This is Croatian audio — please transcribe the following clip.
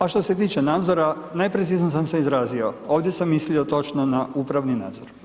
A što se tiče nadzora, neprecizno sam se izrazio, ovdje sam mislio točno na upravni nadzor.